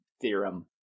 theorem